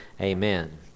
amen